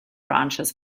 branches